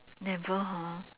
never hor